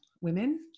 women